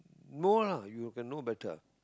know lah you can know better